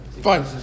Fine